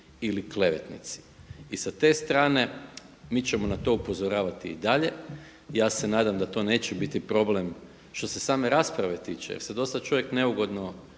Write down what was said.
ili klevetnici i sa te strane mi ćemo na to upozoravati i dalje, ja se nadam da to neće biti problem što se same rasprave tiče jer se dosta čovjek neugodno